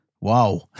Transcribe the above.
wow